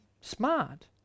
smart